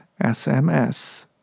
SMS